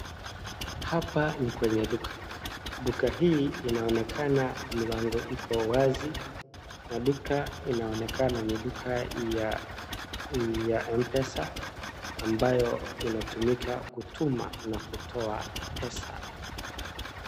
Hapa ni kwenye duka. Duka hii inaonekana mlango iko wazi, na duka inaonekana ni duka ya mpesa ambayo inatumika kutuma na kutoa pesa.